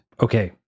okay